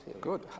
Good